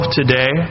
today